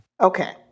Okay